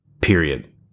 period